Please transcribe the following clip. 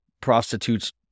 prostitutes